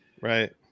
Right